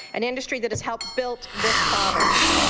an industry that has helped build this province.